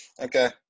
Okay